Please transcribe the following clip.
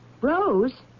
Rose